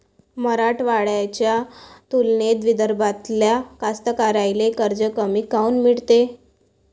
मराठवाड्याच्या तुलनेत विदर्भातल्या कास्तकाराइले कर्ज कमी काऊन मिळते?